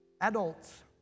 Adults